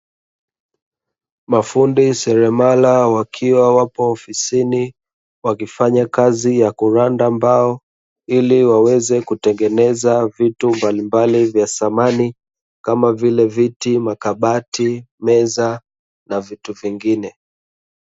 Mafundi selemala wakiwa wapo ofisini, wakifanya kazi ya kulanda mbao ili waweze kutengeneza vitu mbalimbali vya samani kama vile makabati, meza na vitu vingine.